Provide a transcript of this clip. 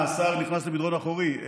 אה, השר נכנס למדרון אחורי.